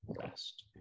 best